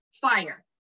fire